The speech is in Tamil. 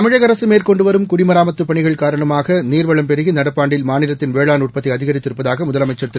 தமிழக அரசு மேற்கொண்டு வரும் குடிமராமத்துப் பணிகள் காரணமாக நீர்வளம் பெருகி நடப்பாண்டில் மாநிலத்தின் வேளாண் உற்பத்தி அதிகரித்திருப்பதாக முதலமைச்சர் திரு